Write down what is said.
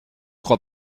crois